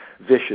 vicious